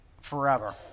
forever